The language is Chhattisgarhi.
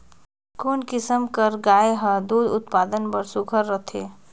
कोन किसम कर गाय हर दूध उत्पादन बर सुघ्घर रथे?